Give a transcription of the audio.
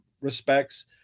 respects